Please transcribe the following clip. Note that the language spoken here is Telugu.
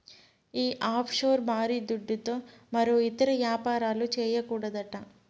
ఈ ఆఫ్షోర్ బారీ దుడ్డుతో మరో ఇతర యాపారాలు, చేయకూడదట